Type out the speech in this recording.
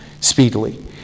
speedily